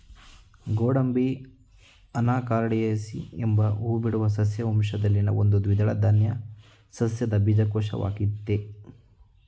ಗೋಡಂಬಿ ಅನಾಕಾರ್ಡಿಯೇಸಿ ಎಂಬ ಹೂಬಿಡುವ ಸಸ್ಯ ವಂಶದಲ್ಲಿನ ಒಂದು ದ್ವಿದಳ ಧಾನ್ಯ ಸಸ್ಯದ ಬೀಜಕೋಶವಾಗಯ್ತೆ